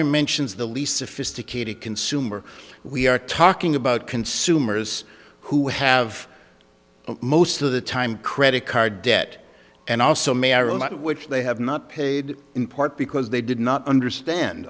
or mentions the least sophisticated consumer we are talking about consumers who have most of the time credit card debt and also my own life which they have not paid in part because they did not understand